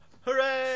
Hooray